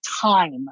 time